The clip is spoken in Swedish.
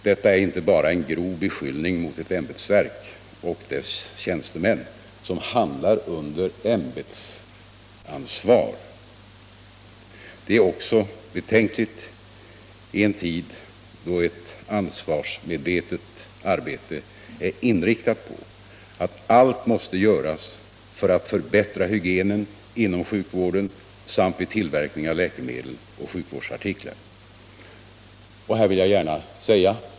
Detta är inte bara en grov beskyllning mot ett ämbetsverk och dess tjänstemän som handlar under ämbetsansvar. Det är också betänkligt i en tid, då ansvarsmedvetet arbete är inriktat på att allt måste göras för att förbättra hygienen inom sjukvården samt vid tillverkning av läkemedel och sjukvårdsartiklar.